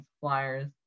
Flyers